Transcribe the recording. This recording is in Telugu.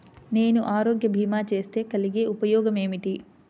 నేను ఆరోగ్య భీమా చేస్తే కలిగే ఉపయోగమేమిటీ?